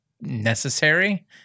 necessary